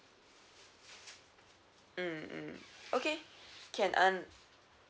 mm mm okay can uh